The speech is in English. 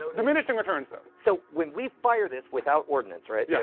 diminishing returns though. so when we fire this without ordinance, right? yeah